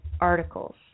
articles